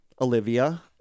Olivia